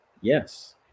Yes